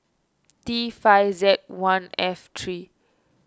T five Z one F three